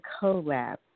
collab